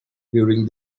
during